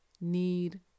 need